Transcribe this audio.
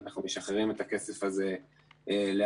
אנחנו משחררים את הכסף הזה לאט-לאט,